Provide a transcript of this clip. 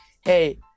Hey